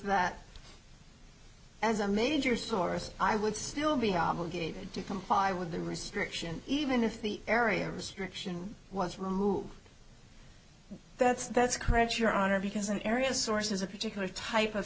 that as a major source i would still be obligated to comply with the restriction even if the area restriction was removed that's that's correct your honor because an area source is a particular type of